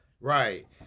Right